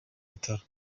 bitaro